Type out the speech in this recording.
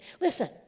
listen